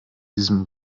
diesem